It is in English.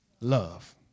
Love